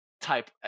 type